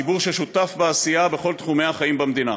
ציבור ששותף בעשייה בכל תחומי החיים במדינה.